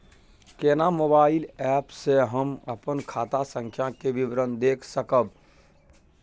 केना mobile app से हम अपन खाता संख्या के विवरण देख सकब?